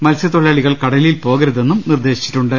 മത്സ്യത്തൊഴിലാളികൾ കടലിൽ പോക രുതെന്നും നിർദേശിച്ചിട്ടുണ്ട്